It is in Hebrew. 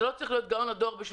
אתה לא צריך להיות גאון הדור בשביל